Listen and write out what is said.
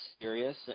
serious